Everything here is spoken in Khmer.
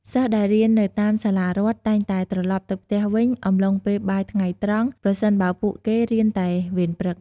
សិស្សដែលរៀននៅតាមសាលារដ្ឋតែងតែត្រឡប់ទៅផ្ទះវិញអំឡុងពេលបាយថ្ងៃត្រង់ ប្រសិនបើពួកគេរៀនតែវេនព្រឹក។